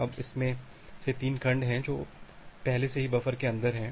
अब उसमें से 3 खंड हैं जो पहले से ही बफर के अंदर हैं